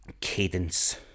cadence